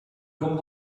como